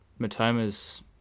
Matoma's